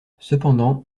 cependant